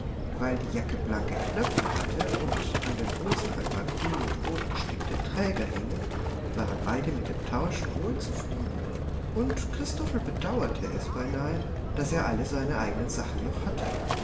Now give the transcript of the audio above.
weil die jacke blanke knöpfe hatte und an den hosen ein paar grün und rot gestickte träger hingen waren beide mit dem tausch wohl zufrieden und christophel bedauerte es beinahe daß er alle seine eigenen sachen noch hatte